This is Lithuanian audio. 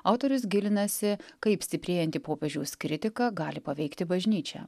autorius gilinasi kaip stiprėjanti popiežiaus kritika gali paveikti bažnyčią